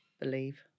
believe